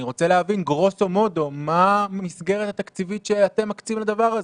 אני רוצה להבין גרוסו מודו מה המסגרת התקציבית שאתם מקצים לדבר הזה?